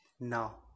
Now